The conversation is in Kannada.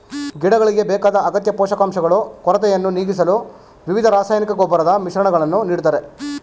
ಗಿಡಗಳಿಗೆ ಬೇಕಾದ ಅಗತ್ಯ ಪೋಷಕಾಂಶಗಳು ಕೊರತೆಯನ್ನು ನೀಗಿಸಲು ವಿವಿಧ ರಾಸಾಯನಿಕ ಗೊಬ್ಬರದ ಮಿಶ್ರಣಗಳನ್ನು ನೀಡ್ತಾರೆ